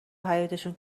حیاطشون